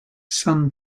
sun